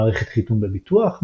מערכת חיתום בביטוח,